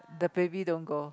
the baby don't go